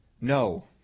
no